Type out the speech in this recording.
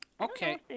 Okay